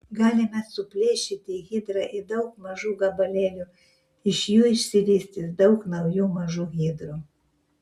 galime suplėšyti hidrą į daug mažų gabalėlių iš jų išsivystys daug naujų mažų hidrų